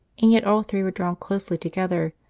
and yet all three were drawn closely together,